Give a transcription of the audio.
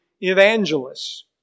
evangelists